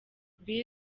bill